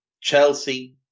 Chelsea